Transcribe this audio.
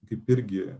kaip irgi